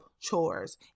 chores